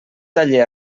taller